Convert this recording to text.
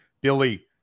billy